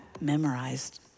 memorized